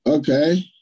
Okay